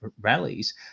rallies